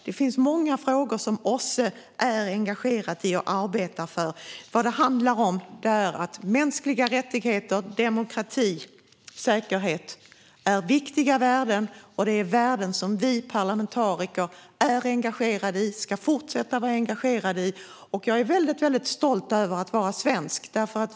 Det finns många frågor som OSSE är engagerat i och arbetar för. Vad det handlar om är att mänskliga rättigheter, demokrati och säkerhet är viktiga värden. Det är värden som vi parlamentariker är engagerade i och ska fortsätta att vara engagerade i. Jag är väldigt stolt över att vara svensk.